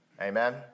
Amen